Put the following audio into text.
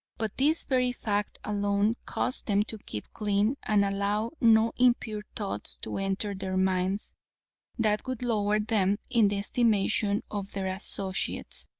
but this very fact alone caused them to keep clean and allow no impure thoughts to enter their minds that would lower them in the estimation of their associates,